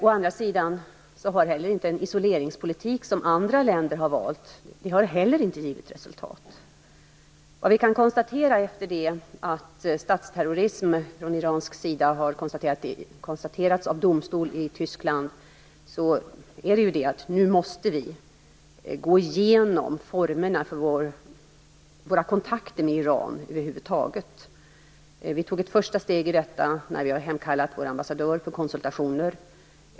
Å andra sidan har heller inte en isoleringspolitik som andra länder valt givit något resultat. Efter det att statsterrorism från iransk sida konstaterats av en domstol i Tyskland måste vi nu gå igenom formerna för våra kontakter med Iran över huvud taget. Vi tog ett första steg när vi hemkallade vår ambassadör för konsultationer.